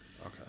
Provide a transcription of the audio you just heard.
okay